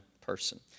person